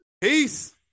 Peace